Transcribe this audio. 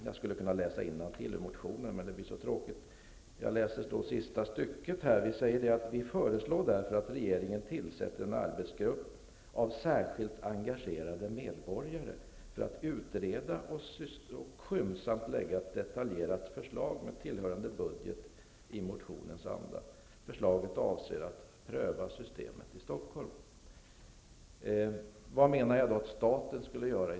Jag skall inte läsa upp hela förslaget i motionen -- det blir så tråkigt -- men jag skall läsa det sista stycket: ''Vi föreslår därför att regeringen tillsätter en arbetsgrupp av särskilt engagerade medborgare för att utreda och skyndsamt lägga ett detaljerat förslag med tillhörande budget i motionens anda. Förslaget avser att prova systemet i Stockholm.'' Vad menar jag då att staten skulle göra?